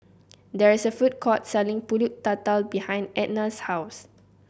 there is a food court selling pulut tatal behind Etna's house